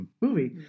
movie